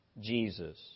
Jesus